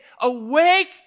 awake